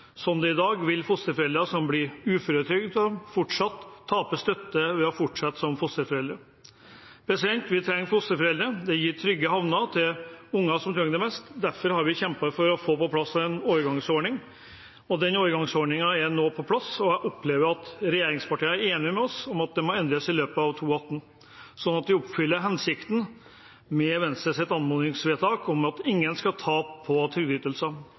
det er i dag, vil fosterforeldre som blir uføretrygdede, fortsatt tape støtte ved å fortsette som fosterforeldre. Vi trenger fosterforeldre, det gir trygge havner til de ungene som trenger det mest, og derfor har vi kjempet for å få på plass en overgangsordning. Overgangsordningen er nå på plass, og jeg opplever at regjeringspartiene er enige med oss i at det må endres i løpet av 2018, slik at vi oppfyller hensikten med Venstres forslag som førte til anmodningsvedtaket: at ingen skal tape